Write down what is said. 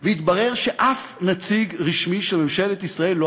כי אחרת המשבר הזה יימשך לתוך הממשל הבא.